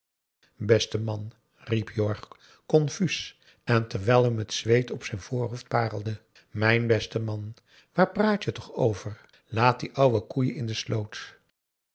beste man riep jorg confuus en terwijl hem het zweet op het voorhoofd parelde mijn beste man waar praat je toch over laat die ouwe koeien in de sloot